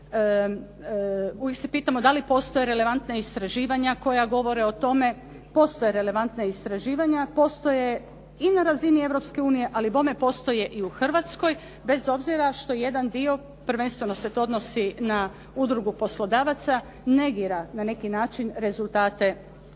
uvijek se pitamo da li postoje relevantna istraživanja koja govore o tome, postoje relevantna istraživanja, postoje i na razini Europske unije, ali bogme postoje i u Hrvatskoj, bez obzira što jedan dio prvenstveno se to odnosi na udrugu poslodavaca negira na neki način rezultate tih